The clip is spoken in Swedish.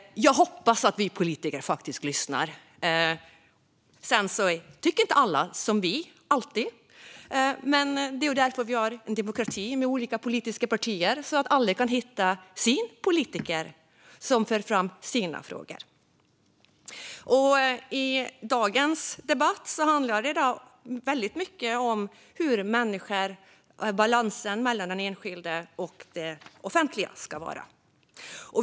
Jag hoppas att vi politiker faktiskt lyssnar. Sedan tycker inte alla alltid som vi. Men det är ju därför vi har en demokrati med olika politiska partier så att alla kan hitta sin politiker som för fram sina frågor. I dagens debatt handlar det väldigt mycket om balansen mellan den enskilde och det offentliga. Fru talman!